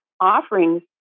offerings